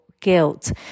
guilt